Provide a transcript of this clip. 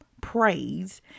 praise